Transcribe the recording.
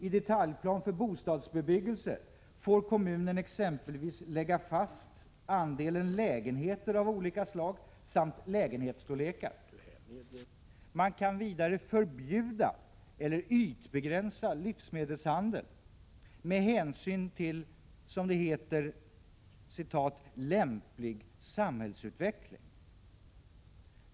I detaljplan för bostadsbebyggelse får kommunen exempelvis lägga fast andelen lägenheter av olika slag samt lägenhetsstorlekarna. Man kan vidare förbjuda eller ytbegränsa livsmedelshandel med hänsyn till, som det heter, ”lämplig samhällsutveckling”.